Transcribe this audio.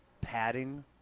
padding –